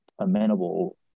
amenable